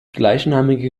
gleichnamige